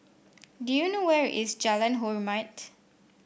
do you know where is Jalan Hormat